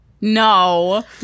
no